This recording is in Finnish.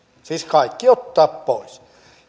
siis kaikki ottaa pois